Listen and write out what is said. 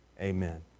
Amen